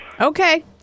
okay